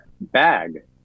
bag